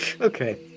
Okay